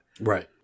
Right